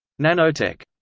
nanotech.